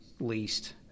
least